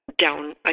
down